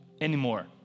anymore